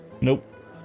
Nope